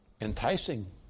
enticing